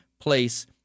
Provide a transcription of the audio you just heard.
place